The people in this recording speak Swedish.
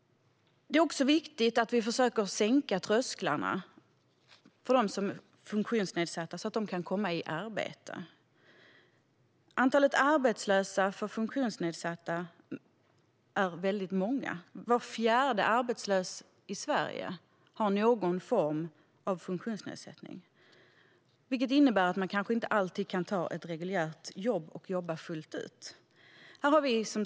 Det är också viktigt att vi försöker sänka trösklarna för funktonsnedsatta så att de kan komma i arbete. Antalet arbetslösa bland funktionsnedsatta är stort. Var fjärde arbetslös i Sverige har någon form av funktionsnedsättning. Det innebär att man kanske inte alltid kan ta ett reguljärt jobb och jobba fullt ut.